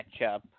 matchup